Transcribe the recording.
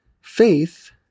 Faith